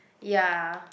ya